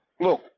look